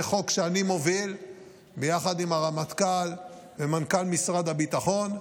זה חוק שאני מוביל ביחד עם הרמטכ"ל ומנכ"ל משרד הביטחון,